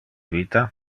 vita